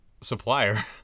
supplier